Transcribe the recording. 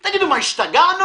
תגידו, מה השתגענו?